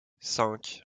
cinq